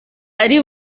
ari